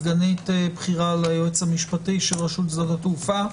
סגנית בכירה ליועץ המשפטי של רשות שדות התעופה,